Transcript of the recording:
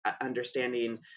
understanding